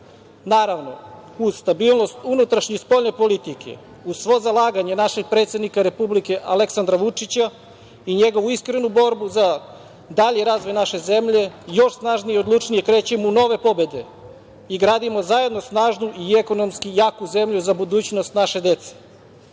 naravno uz stabilnost unutrašnje i spoljne politike, uz svo zalaganje našeg predsednika Republike Aleksandra Vučića i njegovu iskrenu borbu za dalji razvoj naše zemlje još snažnije i odlučnije krećemo u nove pobede i gradimo zajedno snažnu i ekonomski jaku zemlju za budućnost naše dece. Moram